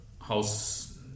house